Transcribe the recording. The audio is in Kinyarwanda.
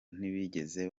ntibigeze